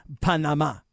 panama